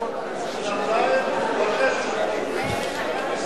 הכול בסדר, אבל שנתיים וחצי, שנתיים וחצי.